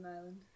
island